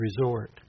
resort